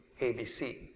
ABC